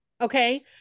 okay